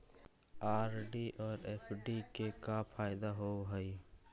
RD और FD के का फायदा होव हई?